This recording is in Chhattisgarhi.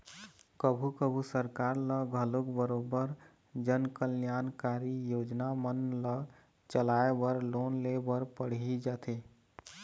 कभू कभू सरकार ल घलोक बरोबर जनकल्यानकारी योजना मन ल चलाय बर लोन ले बर पड़ही जाथे